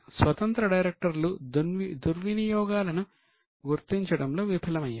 స్వతంత్ర డైరెక్టర్లు దుర్వినియోగాలను గుర్తించడంలో విఫలమయ్యారు